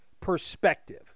perspective